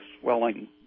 swelling